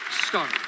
start